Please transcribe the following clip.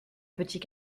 petit